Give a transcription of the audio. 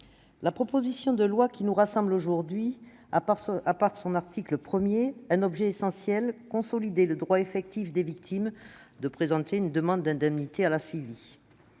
la proposition de loi qui nous rassemble aujourd'hui a, par son article 1, un objet essentiel : consolider le droit effectif des victimes de présenter une demande d'indemnité à la CIVI.